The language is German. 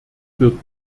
wird